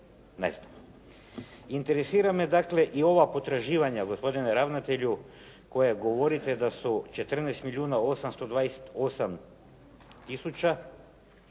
Interesira me dakle i ova potraživanja gospodine ravnatelju koja govorite da su 14 milijuna 828 tisuća,